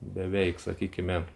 beveik sakykime